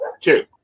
Two